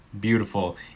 beautiful